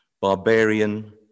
barbarian